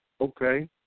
Okay